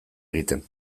egiten